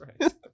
right